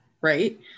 right